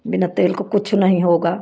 बिना तेल को कुछ नहीं होगा